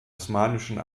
osmanischen